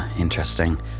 interesting